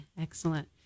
Excellent